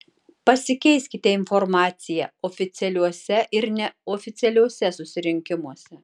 pasikeiskite informacija oficialiuose ir neoficialiuose susirinkimuose